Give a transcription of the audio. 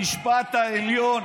בית המשפט העליון,